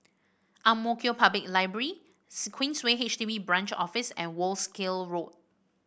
Ang Mo Kio Public Library Queensway H D B Branch Office and Wolskel Road